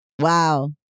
Wow